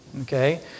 Okay